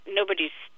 nobody's